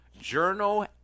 journal